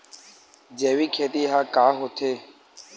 जैविक खेती ह का होथे?